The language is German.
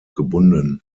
gebunden